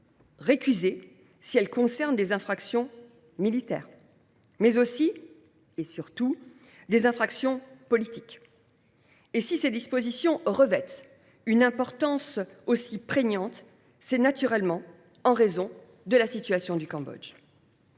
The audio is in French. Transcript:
récusées si elles concernent des infractions militaires, mais aussi – et surtout – des infractions politiques. Si ces dispositions revêtent une importance aussi prégnante, c’est naturellement en raison de la situation au Cambodge.